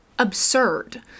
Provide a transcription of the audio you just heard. absurd